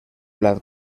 plat